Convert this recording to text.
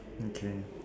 okay